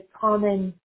common